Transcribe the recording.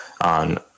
on